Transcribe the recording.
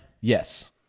Yes